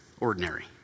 ordinary